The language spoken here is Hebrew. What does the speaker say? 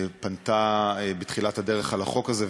שפנתה בתחילת הדרך של החוק הזה,